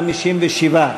57,